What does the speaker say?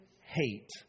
hate